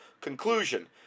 Conclusion